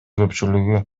көпчүлүгү